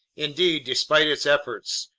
indeed, despite its efforts,